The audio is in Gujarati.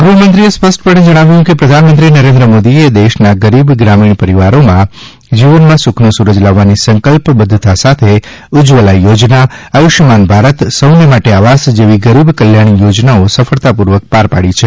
ગૃહ મંત્રીશ્રીએ સ્પષ્ટપણે જણાવ્યું કે પ્રધાનમંત્રી શ્રી નરેન્દ્રભાઇ મોદીએ દેશના ગરીબ ગ્રામીણ પરિવારોના જીવનમાં સુખનો સૂરજ લાવવાની સંકલ્પબદ્ધતા સાથે ઉજવલા યોજના આયુષ્યમાન ભારત સૌને માટે આવાસ જેવી ગરીબ કલ્યાણ યોજનાઓ સફળતાપૂર્વક પાર પાડી છે